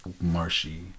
marshy